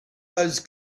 those